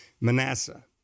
Manasseh